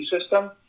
system